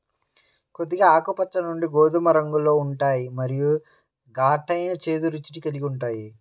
కొద్దిగా ఆకుపచ్చ నుండి గోధుమ రంగులో ఉంటాయి మరియు ఘాటైన, చేదు రుచిని కలిగి ఉంటాయి